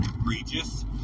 egregious